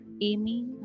Amy